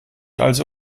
also